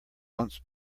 once